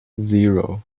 zero